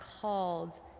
called